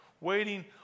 waiting